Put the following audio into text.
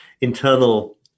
internal